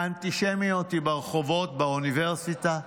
האנטישמיות היא ברחובות, באוניברסיטה,